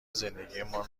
زندگیمان